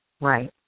Right